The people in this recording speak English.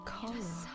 color